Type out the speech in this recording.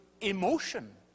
emotion